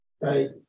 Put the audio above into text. Right